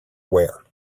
wear